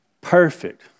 perfect